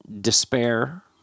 despair